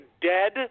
dead